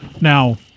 Now